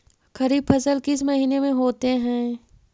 खरिफ फसल किस महीने में होते हैं?